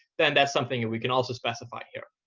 then that's something and we can also specify here.